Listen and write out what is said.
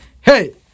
hey